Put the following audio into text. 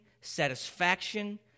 satisfaction